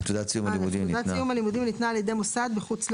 (א) תעודת סיום הלימודים ניתנה על ידי מוסד בחוץ לארץ,